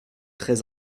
très